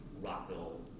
Rockville